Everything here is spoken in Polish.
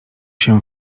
się